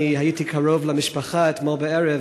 אני הייתי קרוב למשפחה אתמול בערב,